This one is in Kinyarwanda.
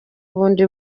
bundi